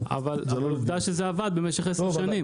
אבל עובדה שזה עבד במשך עשר שנים.